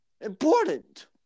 important